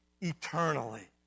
eternally